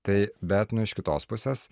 tai bet nu iš kitos pusės